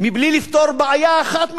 בלי לפתור בעיה אחת מהבעיות.